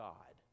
God